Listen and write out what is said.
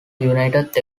united